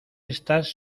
estas